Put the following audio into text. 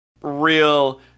real